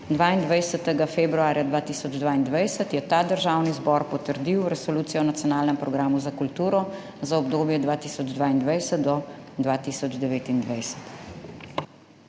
22. februarja 2022 je Državni zbor potrdil Resolucijo o nacionalnem programu za kulturo 2022–2029.